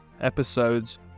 episodes